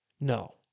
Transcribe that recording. No